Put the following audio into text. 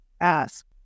ask